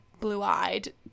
blue-eyed